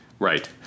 Right